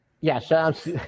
Yes